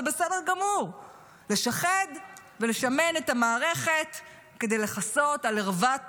זה בסדר גמור לשחד ולשמן את המערכת כדי לכסות על ערוות